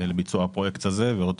לביצוע הפרויקט הזה ועוד